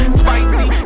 spicy